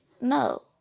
no